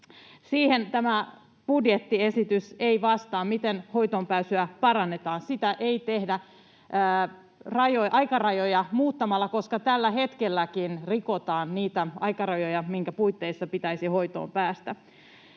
Siihen tämä budjettiesitys ei vastaa, miten hoitoonpääsyä parannetaan. Sitä ei tehdä aikarajoja muuttamalla, koska tälläkin hetkellä rikotaan niitä aikarajoja, joiden puitteissa pitäisi hoitoon päästä.